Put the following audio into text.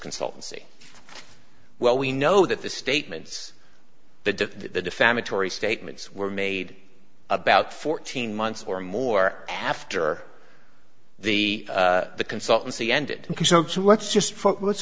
consultancy well we know that the statements that the defamatory statements were made about fourteen months or more after the the consultancy ended q so so let's just let's